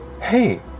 Hey